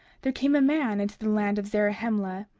there came a man into the land of zarahemla,